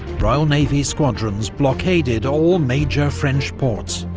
royal navy squadrons blockaded all major french ports,